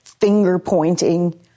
finger-pointing